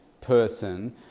person